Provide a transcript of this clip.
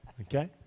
okay